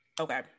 Okay